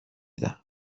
دهم